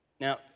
Now